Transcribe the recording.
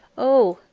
oh!